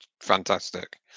fantastic